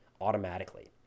automatically